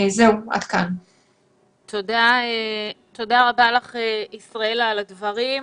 תודה רבה לך ישראלה על הדברים.